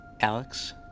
alex